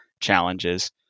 challenges